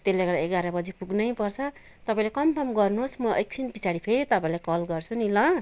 त्यसले गर्दा एघार बजी पुग्नै पर्छ तपाईँले कन्फर्म गर्नुहोस् म एकछिन पछाडि फेरि तपाईँलाई कल गर्छु नि ल